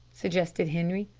suggested henri.